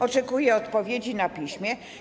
Oczekuję odpowiedzi na piśmie.